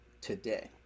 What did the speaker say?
today